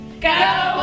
Go